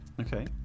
Okay